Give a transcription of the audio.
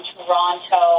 Toronto